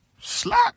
Slap